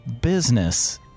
business